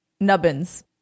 nubbins